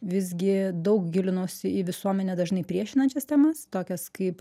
visgi daug gilinausi į visuomenę dažnai priešinančias temas tokias kaip